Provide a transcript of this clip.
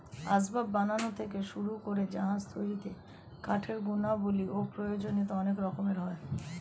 আসবাব বানানো থেকে শুরু করে জাহাজ তৈরিতে কাঠের গুণাবলী ও প্রয়োজনীয়তা অনেক রকমের হয়